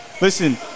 Listen